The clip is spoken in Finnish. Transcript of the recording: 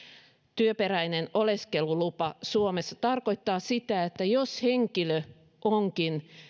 työperäinen oleskelulupa suomessa tarkoittaa sitä että jos henkilö onkin